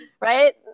Right